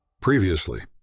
Previously